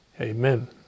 Amen